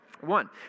one